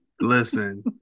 Listen